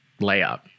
layup